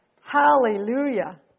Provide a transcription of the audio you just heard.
Hallelujah